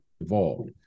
evolved